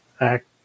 act